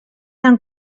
han